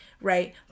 right